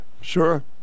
sure